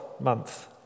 month